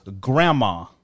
grandma